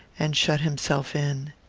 and shut himself in.